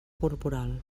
corporal